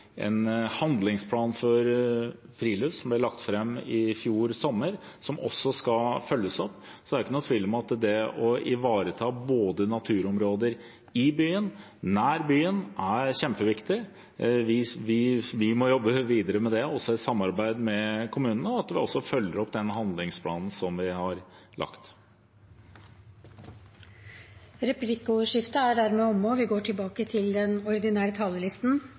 en handlingsplan for friluftsliv, som ble lagt fram i fjor sommer, som også skal følges opp. Så det er ikke noen tvil om at det å ivareta naturområder både i byen og nær byen er kjempeviktig. Vi må jobbe videre med det, også i samarbeid med kommunene, og vi må også følge opp den handlingsplanen som vi har lagt. Replikkordskiftet er dermed omme.